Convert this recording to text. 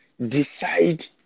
decide